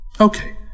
Okay